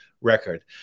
record